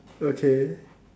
okay